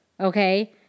okay